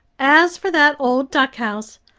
as for that old duckhouse,